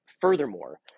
Furthermore